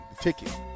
Ticket